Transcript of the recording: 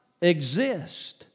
exist